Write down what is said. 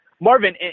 Marvin